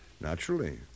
Naturally